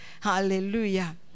Hallelujah